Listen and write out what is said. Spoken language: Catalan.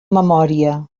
memòria